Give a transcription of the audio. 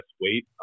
weight